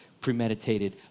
premeditated